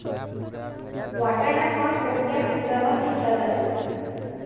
वाटाणा हा कोणत्या हंगामात घेतला जातो?